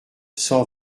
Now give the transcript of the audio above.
cent